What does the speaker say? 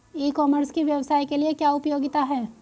ई commerce की व्यवसाय के लिए क्या उपयोगिता है?